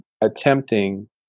attempting